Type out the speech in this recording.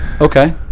Okay